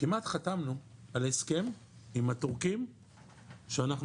כמעט חתמנו על הסכם עם התורכים שאנחנו